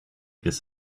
this